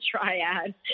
triad